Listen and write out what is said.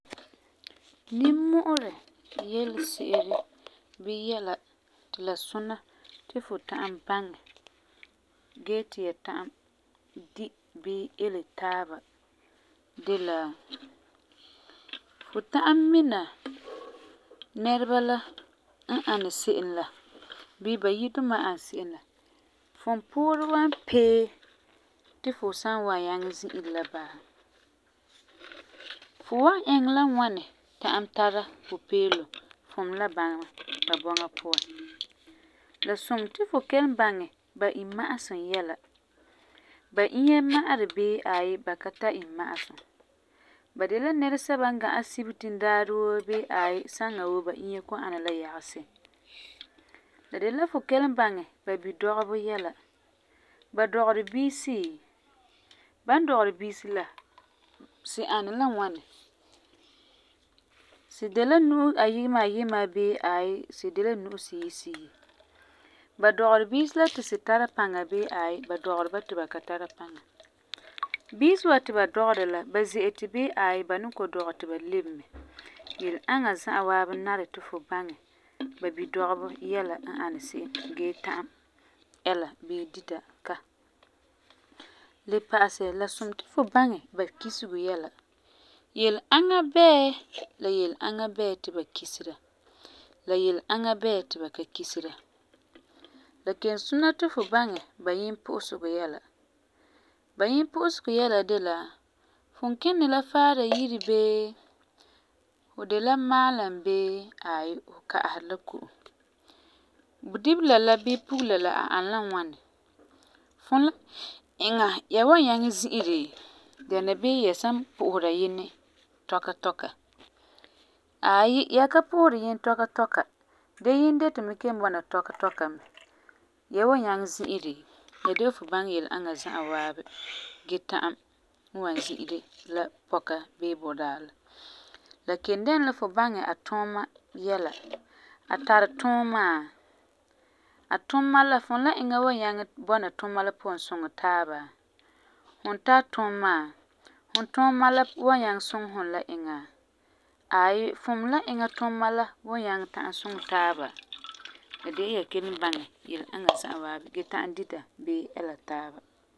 Nimmu'urɛ yelese'ere bii yɛla ti la suna ti fu ta'am baŋɛ gee ti ya ta'am di bii ele taaba de la: Fu ta'am mina nɛreba la n ani se'em la bii ba yire duma n ani se'em la, fum puurɛ wan pee ti fu san wan nyaŋɛ zi'ire la ba? Fu wan iŋɛ la ŋwani ta'am tara Pupeelum fum la bama bɔŋa puan? La sum ti fu kelum baŋɛ ba imna'asum yɛla, ba inya ma'ari bii ba ka tari imma'asum? Ba de la nɛresɛba n gai assibitin daari woo bii aai saŋa woo ba inya kɔ'ɔm ana la yagesi? La de la fu kelum baŋɛ ba bidɔgebɔ yɛla, bavdɔgeri biisi, ba n dɔgeri biisi la, si ani la ŋwani? Si de la nu'usi ayima ayima bii aai si de la nu'usi siyi siyi? Ba dɔgeri biisi la ti si tara paŋa bii aai ba dɔgeri biisi la ti si ka tara paŋa? Biisi wa ti ba dɔgera la, ba ze'eti bii aai ba ni kɔ'ɔm dɔgɛ ti si lebe mɛ? Yele aŋa za'a waabi nari ti fu baŋɛ ba bidɔgebɔ yɛla n ani se'em gee ta'am ɛla bii dita ka. Le pa'asɛ, la sum ti fu baŋɛ ba kisego yɛla, yele aŋa bɛɛ la yele aŋa bɛɛ ti ba kisera, la yele aŋa bɛɛ ti ba ka kisera? La kelum suna ti fu baŋɛ ba yimpu'usegɔ yɛla. Ba yimpu'usegɔ yɛla la de la, fum kini la faara yire bii fu de la maalam bii aai fu ka'aseri la ko'om? Budibela la bii pugela la, ka ani la ŋwani, fum la eŋa ya wan nyaŋɛ zi'ire? Dɛna bii ya san pu'usera yinɛ tɔka tɔka, aai ya ka pu'useri yinɛ tɔka tɔka gee yinɛ deto me kelum bɔna tɔka tɔka me, ya wan nyaŋɛ zi'ire, la de la fu kelum baŋɛ yele aŋa za'a waabi gee ta'am n wan zi'ire la pɔka la bii budaa la. La kelum dɛna la fu baŋɛ a tuuma yɛla, a tuuma la fum la eŋa wan nyaŋɛ bɔna tuuma la puan suŋɛ taaba? Fum tari tuuma, fu tuuma la wan nyaŋɛ suŋɛ fum la eŋa, aai fum la eŋa tuuma la wan nyaŋɛ ta'am suŋɛ taaba? La de la ya kelum baŋɛ yele aŋa za'a waabi gee ta'am dita bii ɛla taaba.